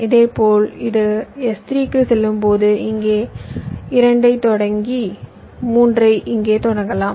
இதேபோல் இது S3 க்கு செல்லும் போது இங்கே 2 ஐ தொடங்கி 3 ஐ இங்கே தொடங்கலாம்